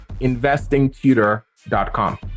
investingtutor.com